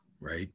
right